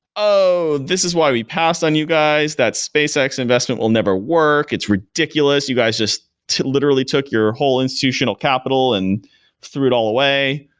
oh! this is why we passed on you guys. that spacex investment will never work. it's ridiculous. you guys just literally took your whole institutional capital and threw it all away.